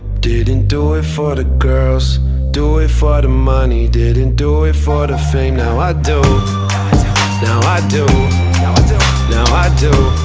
didn't do it for the girls do it for the money didn't do it for the fame now i do now i do now i do